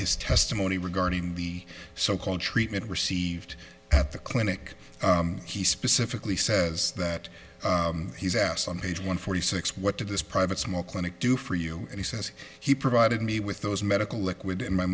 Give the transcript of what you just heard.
his testimony regarding the so called treatment received at the clinic he specifically says that he's asked on page one forty six what did this private small clinic do for you and he says he provided me with those medical liquid and my